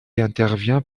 intervient